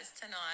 tonight